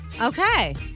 Okay